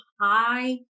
hi